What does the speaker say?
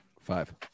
Five